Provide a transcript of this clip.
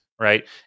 right